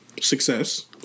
success